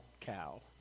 cow